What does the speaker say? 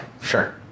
Sure